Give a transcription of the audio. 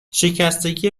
شکستگی